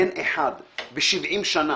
אין אחד ב-70 שנה,